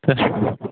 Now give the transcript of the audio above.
त्याच्यामुळे